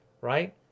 Right